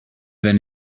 when